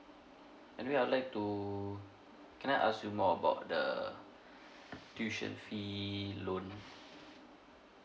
anyway I'd like to can I ask you more about the tuition fee loan